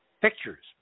Pictures